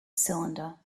cylinder